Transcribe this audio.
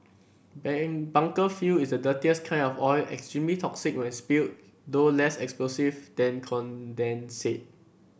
bunker fuel is the dirtiest kind of oil extremely toxic when spilled though less explosive than condensate